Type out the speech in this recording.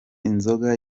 inzoga